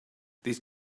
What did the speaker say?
these